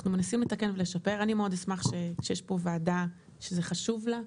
אנחנו מנסים לתקן ולשפר ואני מאוד אשמח שיש פה וועדה וזה חשוב לה,